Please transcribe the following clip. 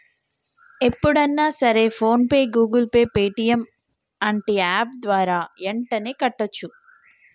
ఎప్పుడన్నా సరే PhonePe Google pay Paytm అంటే యాప్ ద్వారా యెంటనే కట్టోచ్చు